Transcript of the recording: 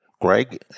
Greg